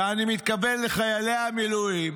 ואני מתכוון לחיילי המילואים,